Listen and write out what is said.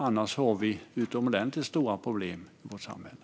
Annars har vi utomordentligt stora problem i vårt samhälle.